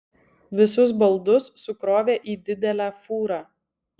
visus baldus sukrovė į didelę fūrą